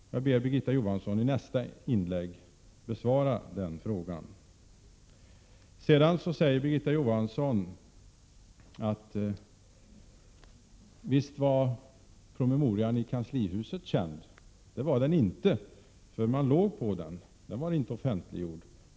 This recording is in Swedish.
Jag ber Birgitta Johansson att i nästa inlägg besvara den frågan. Sedan säger Birgitta Johansson att promemorian i kanslihuset visst var känd. Det var den inte. Den var inte offentliggjord.